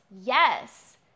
Yes